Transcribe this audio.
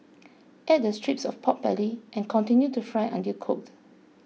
add the strips of pork belly and continue to fry until cooked